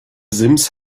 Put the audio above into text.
sims